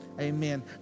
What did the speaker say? Amen